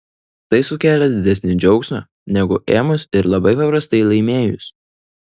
tai sukėlė didesnį džiaugsmą negu ėmus ir labai paprastai laimėjus